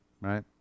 right